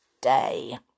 day